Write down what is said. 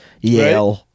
Yale